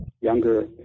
younger